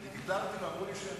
אני ויתרתי, ואמרו לי שאני,